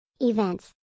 events